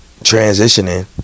transitioning